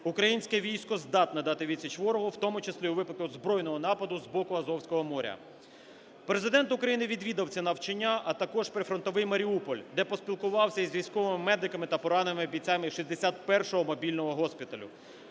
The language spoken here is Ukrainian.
українське військо здатне дати відсіч ворогу, в тому числі у випадку збройного нападу з боку Азовського моря. Президент України відвідав ці навчання, а також прифронтовий Маріуполь, де поспілкувався із військовими медиками та пораненими бійцями 61 мобільного госпіталю.